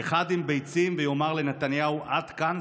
אחד עם ביצים, ויאמר לנתניהו 'עד כאן'?